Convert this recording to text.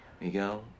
Miguel